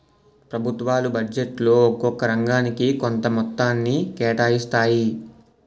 ప్రభుత్వాలు బడ్జెట్లో ఒక్కొక్క రంగానికి కొంత మొత్తాన్ని కేటాయిస్తాయి